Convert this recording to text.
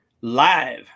live